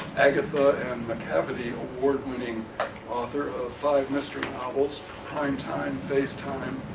agatha, and macavity-award-winning author of five mystery novels prime time, face time,